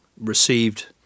received